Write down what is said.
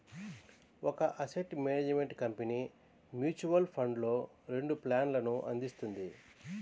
ఒక asset management company mutual ఫండ్స్లో రెండు ప్లాన్లను అందిస్తుంది